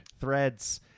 threads